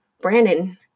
Brandon